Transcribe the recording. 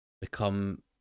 become